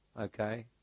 okay